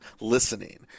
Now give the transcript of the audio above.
listening